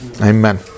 amen